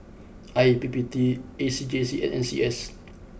I P P T A C J C and N C S